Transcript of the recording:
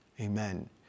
Amen